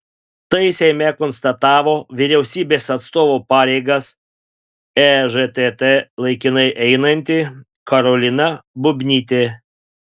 tai seime konstatavo vyriausybės atstovo pareigas ežtt laikinai einanti karolina bubnytė